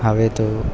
હવે તો